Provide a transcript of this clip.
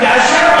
כאשר,